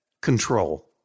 control